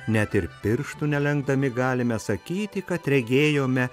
net ir pirštų nelenkdami galime sakyti kad regėjome